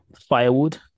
firewood